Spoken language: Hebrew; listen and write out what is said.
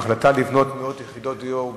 ההחלטה לבנות מאות יחידות דיור בגילה,